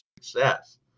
success